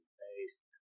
based